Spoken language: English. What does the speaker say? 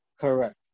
Correct